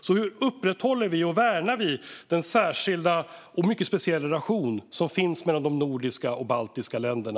Hur upprätthåller och värnar vi till dess den särskilda och mycket speciella relation som finns mellan de nordiska och de baltiska länderna?